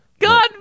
God